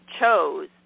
chose